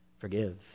forgive